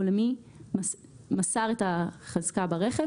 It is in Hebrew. או למי מסר את החזקה ברכב,